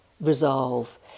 Resolve